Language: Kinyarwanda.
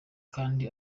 kandi